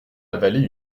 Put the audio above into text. avalé